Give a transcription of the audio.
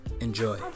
enjoy